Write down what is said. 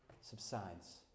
subsides